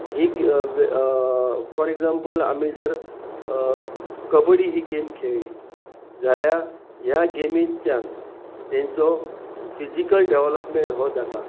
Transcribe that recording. he for example आमी जर कबड्डी ही गेम खेळ्ळी जाल्या ह्या गेमीच्यान तेंचो फिजिकल डेवेवलोपमेंट हो जाता